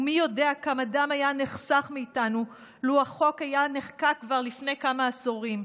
ומי יודע כמה דם היה נחסך מאיתנו לו החוק היה נחקק כבר לפני כמה עשורים.